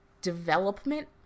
development